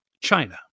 China